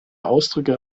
ausdrücke